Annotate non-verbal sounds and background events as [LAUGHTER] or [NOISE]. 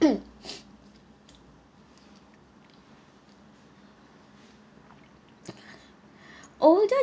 [COUGHS] older